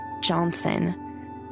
Johnson